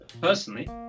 personally